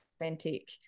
authentic